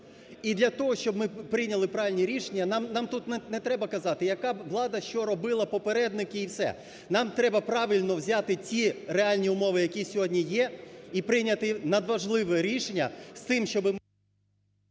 І для того, щоб ми прийняли правильні рішення, нам тут не треба казати яка влада що робила, попередники і все, нам треба правильно взяти ті реальні умови, які сьогодні є, і прийняти надважливе рішення з тим, щоб…